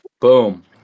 Boom